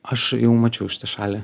aš jau mačiau šitą šalį